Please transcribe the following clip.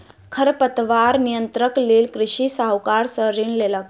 खरपतवार नियंत्रणक लेल कृषक साहूकार सॅ ऋण लेलक